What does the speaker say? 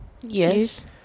Yes